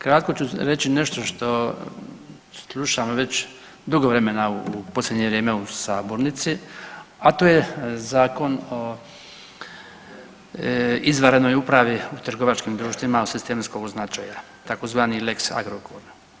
Kratko ću reći nešto što slušam već dugo vremena u posljednje vrijeme u sabornici, a to je Zakon o izvanrednoj upravi u trgovačkim društvima od sistemskog značaja tzv. lex Agrokor.